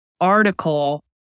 article